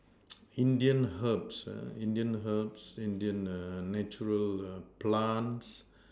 Indian herbs uh Indian herbs Indian err natural err plants